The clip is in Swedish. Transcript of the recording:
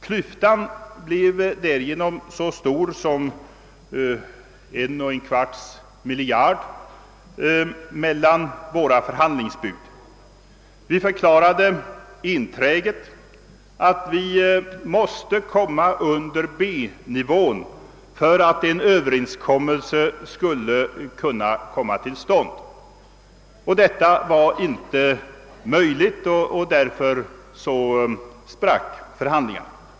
Klyftan mellan våra förhandlingsbud blev därigenom så stor som en och en kvarts miljard. Vi förklarade enträget att vi måste komma under B-nivån för att en överenskommelse skulle kunna komma till stånd. Detta var inte möjligt, och därför sprack förhandlingarna.